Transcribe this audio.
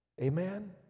Amen